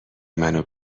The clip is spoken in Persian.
منو